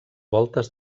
voltes